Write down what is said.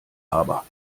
aber